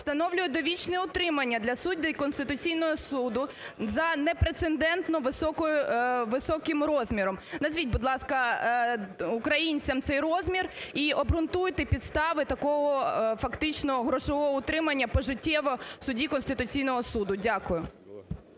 встановлює довічне утримання для суддів Конституційного Суду за непрецедентно високим розміром. Назвіть, будь ласка, українцям цей розмір і обґрунтуйте підстави такого фактично грошового утримання пожиттєво судді Конституційного Суду. Дякую.